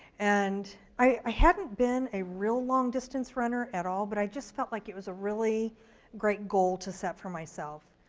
and i hadn't been a real long distance runner at all, but i just felt like it was a really great goal to set for myself.